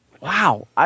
Wow